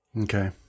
Okay